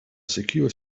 secure